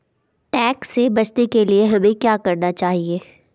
Tax से बचने के लिए हमें क्या करना चाहिए?